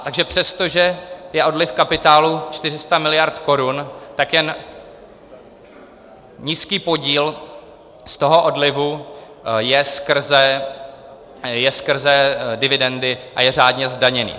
Takže přestože je odliv kapitálu 400 miliard korun, tak jen nízký podíl z toho odlivu je skrze dividendy a je řádně zdaněný.